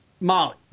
Molly